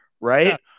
Right